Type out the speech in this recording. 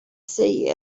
see